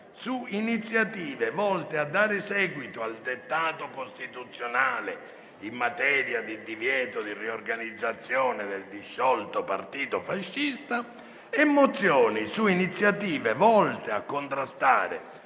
su iniziative volte a dare seguito al dettato costituzionale in materia di divieto di riorganizzazione del disciolto partito fascista e mozioni su iniziative volte a contrastare